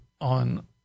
on